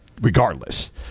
regardless